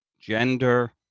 gender